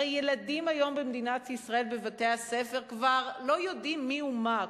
הרי היום במדינת ישראל ילדים בבתי-הספר כבר לא יודעים מי הוא מה,